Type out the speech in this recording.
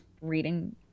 reading